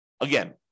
Again